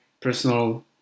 personal